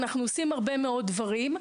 אנחנו עושים הרבה מאוד דברים.